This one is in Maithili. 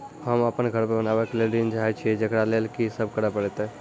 होम अपन घर बनाबै के लेल ऋण चाहे छिये, जेकरा लेल कि सब करें परतै?